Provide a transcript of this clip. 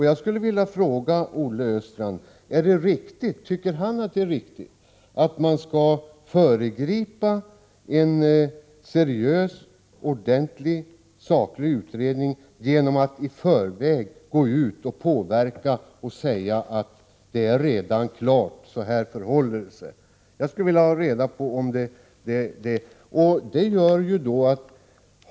Jag skulle vilja fråga Olle Östrand, om han tycker att det är riktigt att man föregriper en seriös och saklig utredning genom att i förväg säga att så här förhåller det sig. Därigenom påverkar man ju resultatet av utredningen.